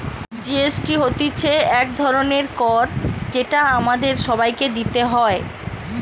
GST হতিছে এক ধরণের কর যেটা আমাদের সবাইকে দিতে হয়